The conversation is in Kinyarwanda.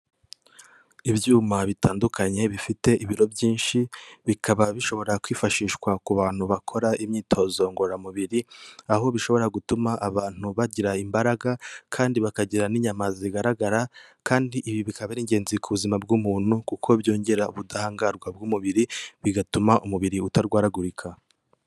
Ibyuma bitandukanye bifite ibiro byinshi, bikaba bishobora kwifashishwa ku bantu bakora imyitozo ngororamubiri. Aho bishobora gutuma abantu bagira imbaraga, kandi bakagira n'inyama zigaragara. Kandi ibi bikaba ari ingenzi ku buzima bw'umuntu, kuko byongera ubudahangarwa bw'umubiri bigatuma umubiri utarwaragurika.